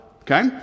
okay